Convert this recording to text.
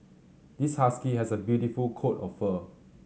this husky has a beautiful coat of fur